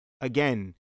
again